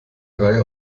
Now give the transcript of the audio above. reihe